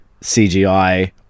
CGI